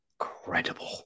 incredible